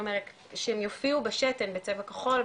זאת אומרת שהם יופיעו בשתן בצבע כחול,